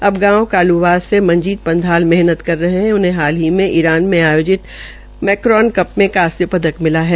अब गांव काल्वास से मंजीत पंधाल मेहनत कर रहा है और हाल ही में ईरान में आयोजित मॅकरॉन कपर में कांस्य पदक जीता है